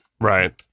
Right